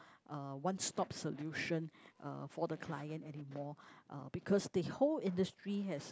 uh one stop solution uh for the client anymore uh because the whole industry has